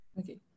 Okay